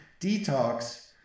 detox